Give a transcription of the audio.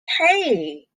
hey